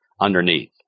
underneath